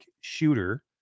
shooter